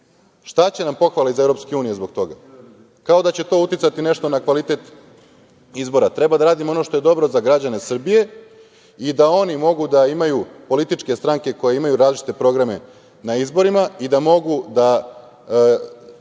Šta će nam pohvale iz Evropske unije zbog toga? Kao da će to uticati nešto na kvalitet izbora. Treba da radimo ono što je dobro za građane Srbije i da oni mogu da imaju političke stranke koje imaju različite programe na izborima i da mogu da